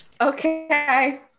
Okay